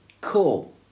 Cool